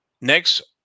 Next